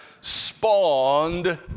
spawned